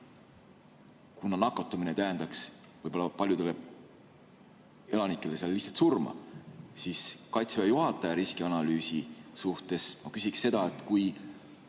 kuna nakatumine tähendaks seal võib-olla paljudele elanikele lihtsalt surma, siis kaitseväe juhataja riskianalüüsi suhtes ma küsiksin seda, et kui